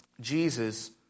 Jesus